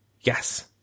Yes